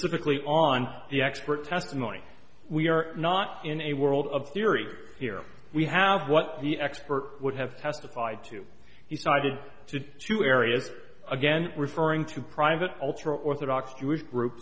specifically on the expert testimony we are not in a world of theory here we have what the expert would have testified to he cited to two areas again referring to private ultra orthodox jewish group